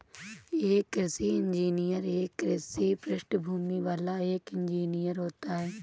एक कृषि इंजीनियर एक कृषि पृष्ठभूमि वाला एक इंजीनियर होता है